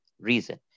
reason